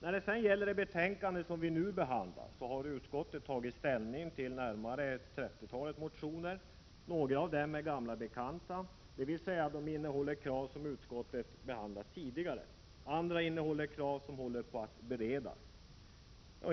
I det betänkande som vi nu behandlar har utskottet tagit ställning till närmare 30 motioner, några av dem är gamla bekanta, dvs. de innehåller krav som utskottet har behandlat tidigare. Andra innehåller förslag som håller på att beredas.